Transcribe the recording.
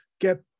get